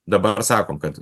dabar sakom kad